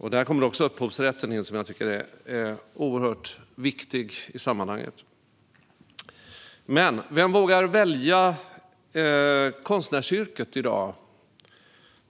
nämndes här. Upphovsrätten, som jag tycker är oerhört viktig i sammanhanget, kommer också in här. Vem vågar välja konstnärsyrket i dag?